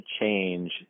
change